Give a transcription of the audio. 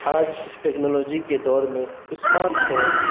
آج ٹیکنالوجی کے دور میں اسمارٹ فون